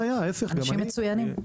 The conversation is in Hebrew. הם אנשים מצוינים.